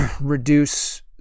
reduce